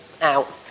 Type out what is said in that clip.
out